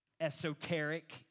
esoteric